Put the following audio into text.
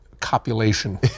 copulation